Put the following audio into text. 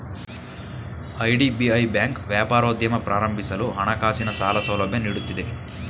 IDBI bank ವ್ಯಾಪಾರೋದ್ಯಮ ಪ್ರಾರಂಭಿಸಲು ಹಣಕಾಸಿನ ಸಾಲ ಸೌಲಭ್ಯ ನೀಡುತ್ತಿದೆ